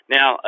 Now